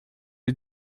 les